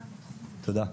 תודה.